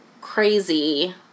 crazy